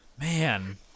man